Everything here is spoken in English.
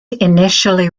initially